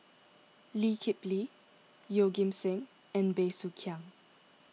Lee Kip Lee Yeoh Ghim Seng and Bey Soo Khiang